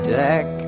deck